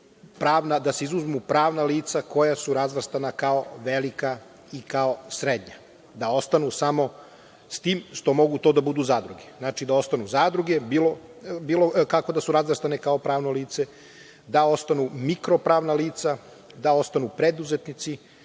da se izuzmu pravna lica koja su razvrstana kao velika i kao srednja, s tim što to mogu da budu zadruge. Znači, da ostanu zadruge, bilo kako da su razvrstane, ako pravno lice, da ostanu mikropravna lica, da ostanu preduzetnici